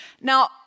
Now